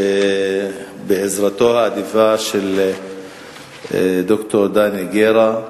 בעזרתו האדיבה של ד"ר דני גרא,